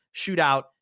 shootout